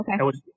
Okay